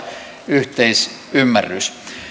yhteisymmärrys